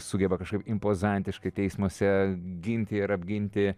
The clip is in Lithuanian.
sugeba kažkaip impozantiškai teismuose ginti ir apginti